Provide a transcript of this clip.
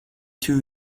two